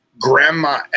Grandma